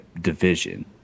division